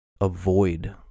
avoid